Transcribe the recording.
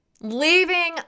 Leaving